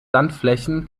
sandflächen